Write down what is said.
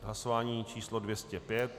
Hlasování číslo 205.